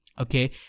okay